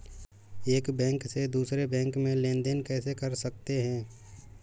एक बैंक से दूसरे बैंक में लेनदेन कैसे कर सकते हैं?